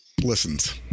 Listens